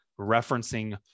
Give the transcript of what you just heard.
referencing